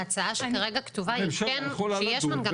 ההצעה שכרגע כתובה היא שיש מנגנון הכרעה.